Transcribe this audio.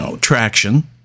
traction